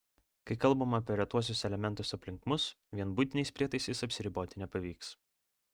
kai kalbama apie retuosius elementus aplink mus vien buitiniais prietaisais apsiriboti nepavyks